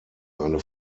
eine